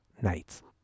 Nights